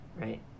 Right